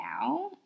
now